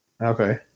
Okay